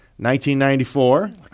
1994